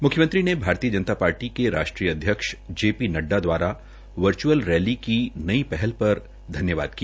म्ख्यमंत्री ने भारतीय जनता पार्टी के राष्ट्रीय अध्यक्ष जे पी नड़डा द्वारा वर्चुअल रैली की नई पहला पर धन्यवाद किया